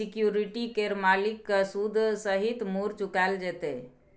security केर मालिक केँ सुद सहित मुर चुकाएल जेतै